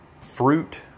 Fruit